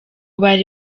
bari